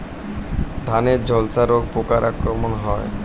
ধানের ঝলসা রোগ পোকার আক্রমণে হয়?